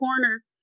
corner